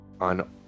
on